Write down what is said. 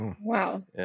Wow